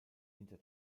hinter